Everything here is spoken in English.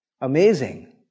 Amazing